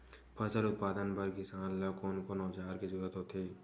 फसल उत्पादन बर किसान ला कोन कोन औजार के जरूरत होथे?